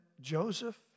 Joseph